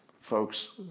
folks